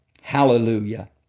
Hallelujah